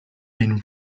been